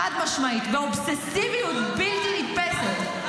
חד-משמעית, באובססיביות בלתי נתפסת.